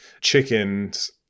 chickens